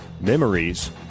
memories